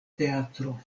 teatro